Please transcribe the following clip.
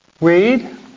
read